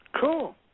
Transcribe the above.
Cool